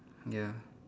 ya